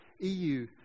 EU